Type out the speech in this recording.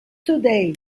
today